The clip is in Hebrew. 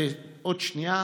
עוד שנייה,